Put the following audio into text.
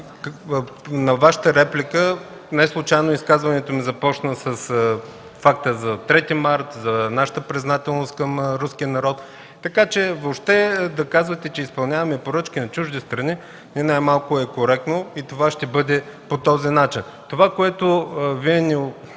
на Вашата реплика. Неслучайно изказването ми започна с факта за 3 март, за нашата признателност към руския народ, така че въобще да казвате, че изпълняваме поръчки на чужди страни ни най-малко е коректно и това ще бъде по този начин. Това, в което ни